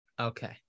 Okay